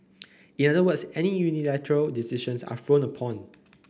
in other words any unilateral decisions are frowned upon